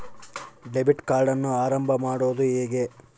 Debit ಕಾರ್ಡನ್ನು ಆರಂಭ ಮಾಡೋದು ಹೇಗೆ?